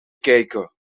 kijken